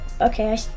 Okay